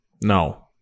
No